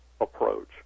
approach